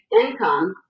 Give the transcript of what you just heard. income